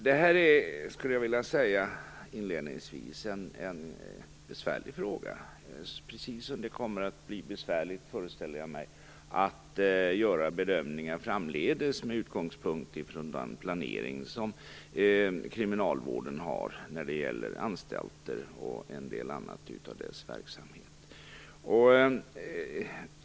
Det här är en besvärlig fråga; precis som det, föreställer jag mig, kommer att bli besvärligt att framdeles göra bedömningar med utgångspunkt i kriminalvårdens planering när det gäller anstalter och en del annat av dess verksamhet.